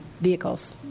Vehicles